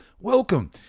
welcome